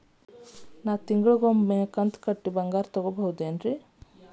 ನಾ ತಿಂಗಳಿಗ ಒಮ್ಮೆ ಕಂತ ಕಟ್ಟಿ ಬಂಗಾರ ತಗೋಬಹುದೇನ್ರಿ?